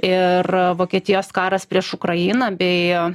ir vokietijos karas prieš ukrainą bei jo